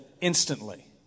instantly